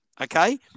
okay